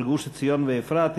של גוש-עציון ואפרת,